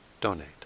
donate